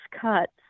cuts